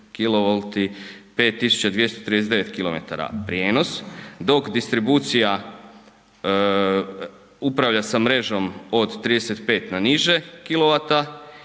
5239 km prijenos, dok distribucija upravlja sa mrežom od 35 na niže kW